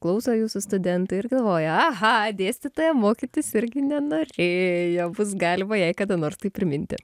klauso jūsų studentai ir galvoja aha dėstytoja mokytis irgi nenorėjo bus galima jai kada nors tai priminti